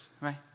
right